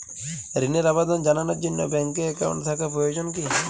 ঋণের আবেদন জানানোর জন্য ব্যাঙ্কে অ্যাকাউন্ট থাকা প্রয়োজন কী?